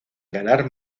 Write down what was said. ganar